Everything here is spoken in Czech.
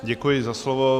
Děkuji za slovo.